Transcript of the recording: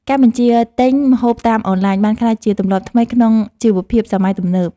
ការបញ្ជាទិញម្ហូបតាមអនឡាញ បានក្លាយជាទម្លាប់ថ្មីក្នុងជីវភាពសម័យទំនើប។